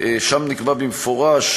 שם נקבע במפורש,